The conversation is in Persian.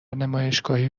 نمایشگاهی